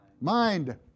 Mind